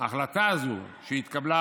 בהחלטה הזו שהתקבלה.